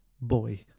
boy